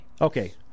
Okay